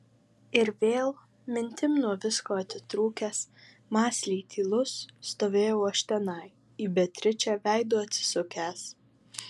ir vėl mintim nuo visko atitrūkęs mąsliai tylus stovėjau aš tenai į beatričę veidu atsisukęs